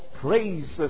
praises